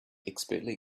expertly